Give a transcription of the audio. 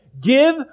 give